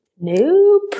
Nope